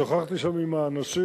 שוחחתי שם עם האנשים,